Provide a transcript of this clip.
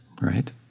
Right